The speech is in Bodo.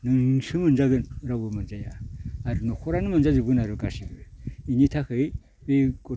नोंसो मोनजागोन रावबो मोनजाया आरो न'खरानो मोनजाजोबगोन आरो गासैबो इनि थाखै बे